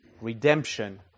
redemption